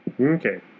Okay